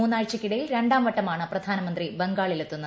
മൂന്നാഴ്ചയ്ക്കിടയിൽ രണ്ടാംവട്ടമാണ് പ്രധാമന്ത്രി ബംഗാളിലെത്തുന്നത്